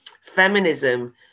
feminism